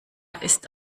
ist